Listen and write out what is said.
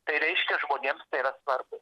tai reiškia žmonėms tai yra svarbu